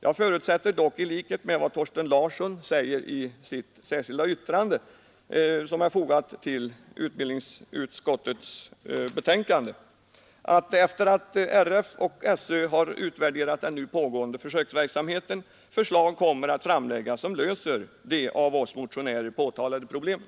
Jag förutsätter dock i likhet med vad Thorsten Larsson i Staffanstorp säger i sitt särskilda yttrande till utbildningsutskottets betänkande, att efter det att RF och SÖ har utvärderat den nu pågående försöksverksamheten förslag kommer att framläggas som löser de av oss motionärer påtalade problemen.